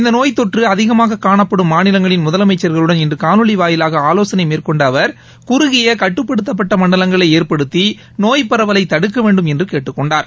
இந்த நோய் தொற்று அதிகமாக னணப்படும் மாநிலங்களின் முதலமைச்சர்களுடள் இன்று காணொலிவாயிலாக ஆலோசனை மேற்கொண்ட அவர் குறுகிய கட்டுப்படுத்தப்பட்ட மண்டலங்களை ஏற்படுத்தி நோய் பரவலை தடுக்க வேண்டும் என்று கேட்டுக் கொண்டார்